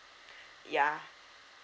ya